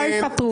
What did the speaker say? לא יפטרו אותה.